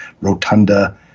rotunda